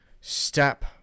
step